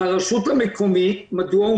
מדוע?